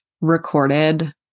recorded